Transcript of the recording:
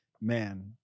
man